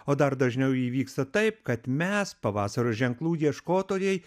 o dar dažniau įvyksta taip kad mes pavasario ženklų ieškotojai